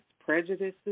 prejudices